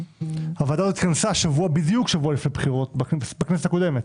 הוועדה הזאת התכנסה שבוע בדיוק לפני בחירות בכנסת הקודמת.